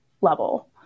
level